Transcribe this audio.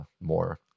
more